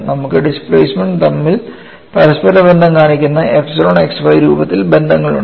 നമുക്ക് ഡിസ്പ്ലേസ്മെൻറ് തമ്മിൽ പരസ്പരബന്ധം കാണിക്കുന്ന എപ്സിലോൺ x y രൂപത്തിലുള്ള ബന്ധങ്ങളുണ്ട്